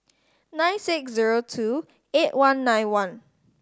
nine six zero two eight one nine one